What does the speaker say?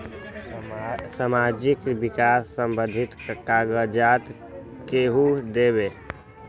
समाजीक विकास संबंधित कागज़ात केहु देबे?